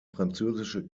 französische